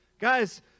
Guys